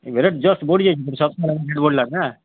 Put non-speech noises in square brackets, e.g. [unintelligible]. rate just ବଢ଼ିଯାଇଛି [unintelligible] ସବୁ rate ବଢ଼ିଲା ନା